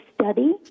study